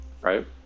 Right